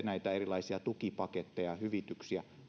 näitä erilaisia tukipaketteja hyvityksiä